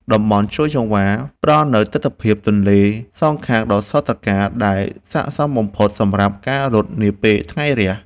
តំបន់ជ្រោយចង្វារ ផ្ដល់នូវទិដ្ឋភាពទន្លេសងខាងដ៏ស្រស់ត្រកាល ដែលស័ក្តិសមបំផុតសម្រាប់ការរត់នាពេលថ្ងៃរះ។